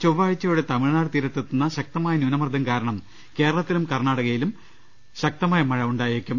ചൊവ്വാഴ്ച്ചയോടെ തമിഴ്നാട് തീരത്തെത്തുന്ന ശക്തമായ ന്യൂന മർദം കാരണം കേരളത്തിലും കർണാടക തീരത്തും ശക്തമായ മഴ ഉണ്ടായേക്കും